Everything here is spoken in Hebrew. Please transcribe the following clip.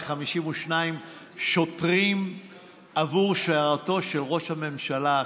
ל-52 שוטרים עבור שיירתו של ראש הממשלה החליפי.